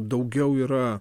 daugiau yra